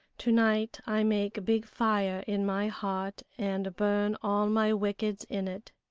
to-night i make big fire in my heart and burn all my wickeds in it.